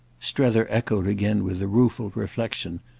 strether echoed again with a rueful reflexion.